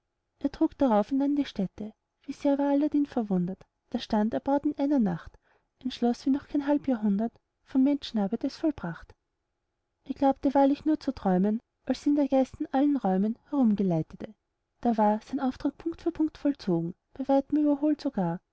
er trug darauf ihn an die stätte wie sehr war aladdin verwundert da stand erbaut in einer nacht ein schloß wie noch kein halb jahrhundert voll menschenarbeit es vollbracht er glaubte wahrlich nur zu träumen als ihn der geist in allen räumen herumgeleitete da war sein auftrag punkt für punkt vollzogen bei weitem überholt sogar